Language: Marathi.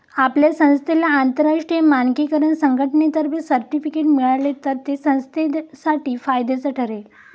आपल्या संस्थेला आंतरराष्ट्रीय मानकीकरण संघटनेतर्फे सर्टिफिकेट मिळाले तर ते संस्थेसाठी फायद्याचे ठरेल